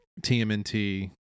TMNT